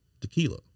tequila